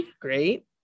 great